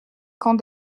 camp